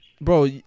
bro